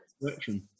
direction